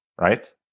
right